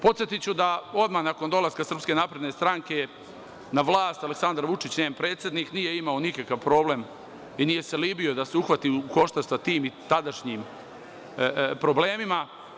Podsetiću da odmah nakon dolaska Srpske napredne stranke na vlast, Aleksandar Vučić, njen predsednik, nije imao nikakav problem i nije se libio da se uhvati u koštac sa tim tadašnjim problemima.